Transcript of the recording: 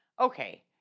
Okay